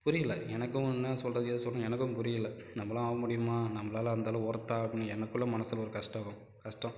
புரியல எனக்கும் ஒன்றும் சொல்லுறது ஏது சொல்லுறது எனக்கும் புரியல நம்மளும் ஆக முடியுமா நம்பளால் அந்தளவுக்கு ஒர்த்தா அப்படின்னு எனக்குள்ளே மனசில் ஒரு கஷ்டம் வரும் கஷ்டம்